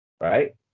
Right